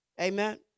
Amen